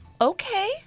Okay